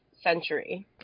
century